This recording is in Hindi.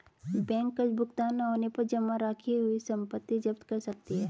बैंक कर्ज भुगतान न होने पर जमा रखी हुई संपत्ति जप्त कर सकती है